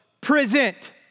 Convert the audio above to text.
present